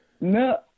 No